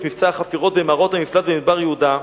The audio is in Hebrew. מבצע החפירות במערות המפלט במדבר יהודה.